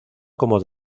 como